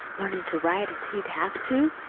learning to write as he'd have to.